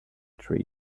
trees